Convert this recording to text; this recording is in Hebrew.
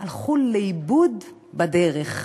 הלכו לאיבוד בדרך?